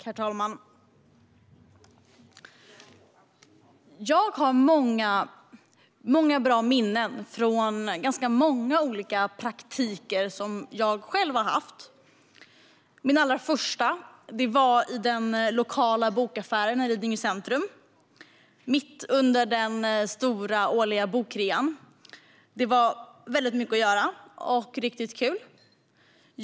Herr talman! Jag har många bra minnen från ganska många olika praktiker som jag har haft. Min allra första var i den lokala bokaffären i Lidingö centrum mitt under den stora årliga bokrean. Det var väldigt mycket att göra och riktigt kul.